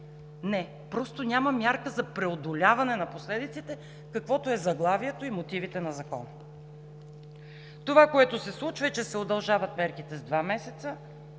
Не! Просто няма мярка за преодоляване на последиците, каквото е заглавието и мотивите на Закона. Това, което се случва, е, че се удължават мерките с два месеца